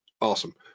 Awesome